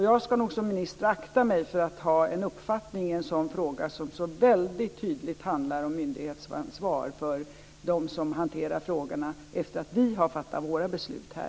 Jag som minister ska nog akta mig för att ha en uppfattning i en sådan fråga som så väldigt tydligt handlar om myndighetsansvar för dem som hanterar frågorna efter att vi har fattat våra beslut här.